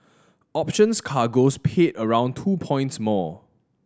options cargoes paid around two points more